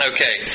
Okay